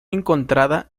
encontrada